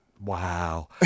Wow